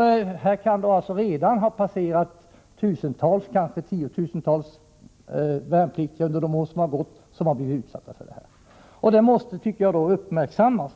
Det kan alltså under de år som gått redan ha passerat tusentals eller kanske tiotusentals värnpliktiga som blivit utsatta för detta. Det här måste uppmärksammas.